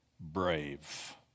Brave